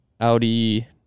Audi